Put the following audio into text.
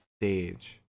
Stage